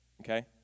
Okay